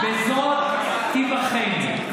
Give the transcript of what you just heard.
בזאת תיבחן,